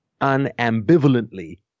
unambivalently